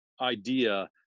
idea